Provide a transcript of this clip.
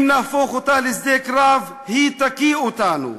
אם נהפוך אותה לשדה קרב היא תקיא אותנו,